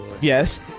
yes